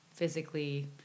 physically